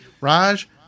Raj